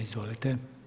Izvolite.